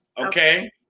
okay